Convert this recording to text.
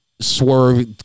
Swerve